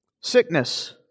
sickness